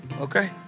Okay